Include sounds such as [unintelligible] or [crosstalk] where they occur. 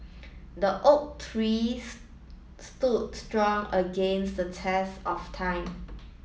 the oak tree [unintelligible] stood strong against the test of time